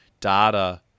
data